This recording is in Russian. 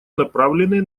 направленные